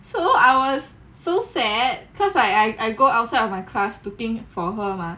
so I was so sad cause I I go outside of my class looking for her mah